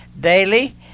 daily